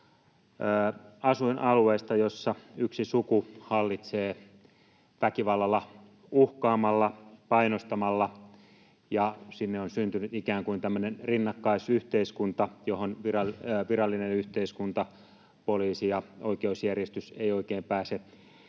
asuinalueesta, jossa yksi suku hallitsee väkivallalla, uhkaamalla ja painostamalla, ja sinne on syntynyt ikään kuin tämmöinen rinnakkaisyhteiskunta, johon virallinen yhteiskunta — poliisi ja oikeusjärjestys — ei oikein pääse